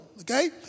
okay